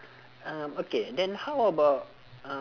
um okay then how about uh